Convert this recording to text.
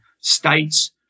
states